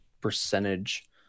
percentage